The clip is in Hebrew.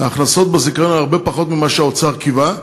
ההכנסות בזיכיון היו הרבה פחות ממה שהאוצר קיווה.